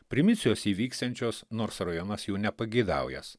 primicijos įvyksiančios nors rajonas jų nepageidaująs